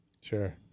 Sure